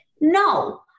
No